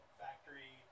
factory